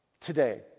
Today